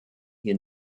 hier